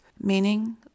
meaning